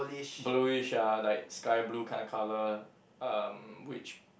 blueish ah like sky blue kinda colour um which